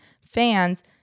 fans